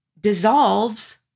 dissolves